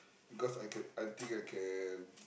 because I can I think I can